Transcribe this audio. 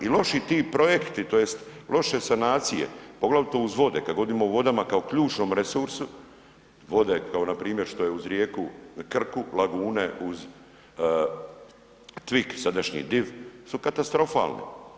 I loši ti projekti tj. loše sanacije poglavito uz vode kad govorim o vodama kao ključnom resursu, vode kao što je npr. uz rijeku Krku, lagune uz Tvik sadašnji Div su katastrofalne.